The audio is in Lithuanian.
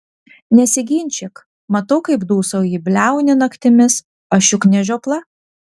nesiginčyk matau kaip dūsauji bliauni naktimis aš juk ne žiopla